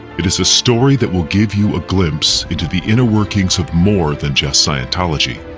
it is a story that will give you a glimpse into the inner workings of more than just scientology.